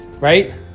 right